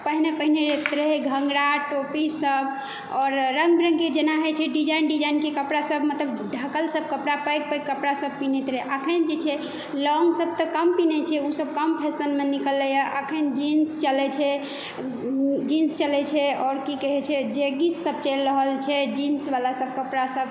पहिने पहिरैत रहै घंँघरा टोपी सभ आओर रङ्ग विरङ्गके जेना होइ छै डिजाइन डिजाइनके कपड़ा सभ मतलब ढ़कल सभ कपड़ा पैक पैक सभ कपड़ा सभ पीन्हैत रहै अखन जे छै लॉन्ग सभ तऽ कम पीन्है छै ओ सभ तऽ कम फैशनमे निकललै यऽ अखन जीन्स चलै छै जीन्स चलै छै और की कहै छै जेगिंग्स सभ चलि रहल छै जीन्स वाला सभ कपड़ा सभ